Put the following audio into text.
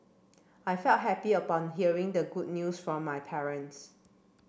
I felt happy upon hearing the good news from my parents